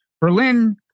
Berlin